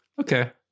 okay